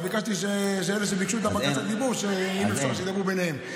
אז ביקשתי שאלה שביקשו בקשות דיבור שידברו ביניהם.